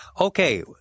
Okay